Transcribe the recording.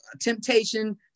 temptation